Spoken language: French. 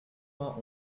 vingt